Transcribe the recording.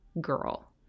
Girl